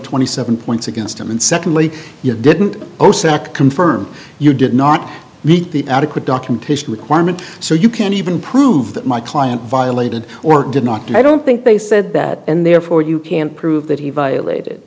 twenty seven points against him and secondly you didn't confirm you did not meet the adequate documentation requirement so you can't even prove that my client violated or did not i don't think they said that and therefore you can prove that he violated